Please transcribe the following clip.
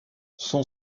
son